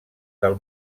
del